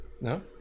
No